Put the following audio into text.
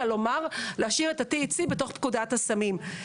אלא לומר: "להשאיר את ה-THC בתוך פקודת הסמים".